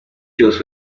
cyose